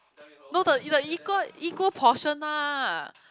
no the the equal equal portion lah